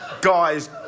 guys